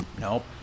Nope